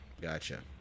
gotcha